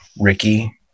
Ricky